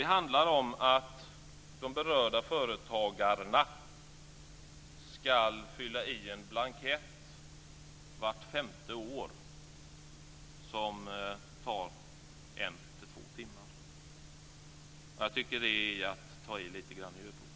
Det handlar om att de berörda företagarna vart femte år ska fylla i en blankett som tar 1-2 timmar. Jag tycker att det är att lite grann ta till överord.